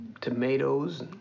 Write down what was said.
tomatoes